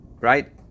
right